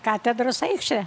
katedros aikštę